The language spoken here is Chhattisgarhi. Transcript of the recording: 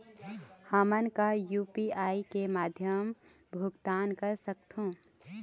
हमन का यू.पी.आई के माध्यम भुगतान कर सकथों?